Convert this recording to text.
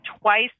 twice